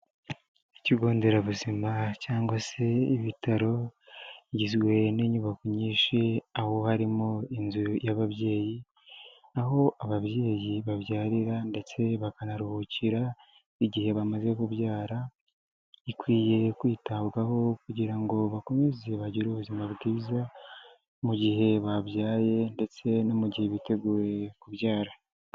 Ikigo nderabuzima cyangwa se ibitaro bigizwe n'inyubako nyinshi aho harimo inzu y'ababyeyi, aho ababyeyi babyarira ndetse bakanaruhukira igihe bamaze kubyara, ikwiye kwitabwaho kugira ngo bakomeze bagire ubuzima bwiza mu gihe babyaye ndetse no mu gihe biteguye kubyara.